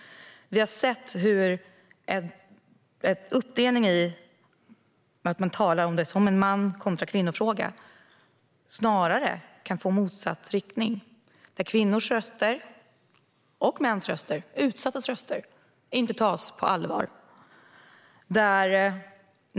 Vi har sett en uppdelning i att man talar om det som en fråga om män kontra kvinnor. Det kan snarare få motsatt effekt så att kvinnors röster, mäns röster, utsattas röster inte tas på allvar.